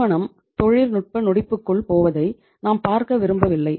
நிறுவனம் தொழில்நுட்ப நொடிப்புக்குள் போவதை நாம் பார்க்க விரும்பவில்லை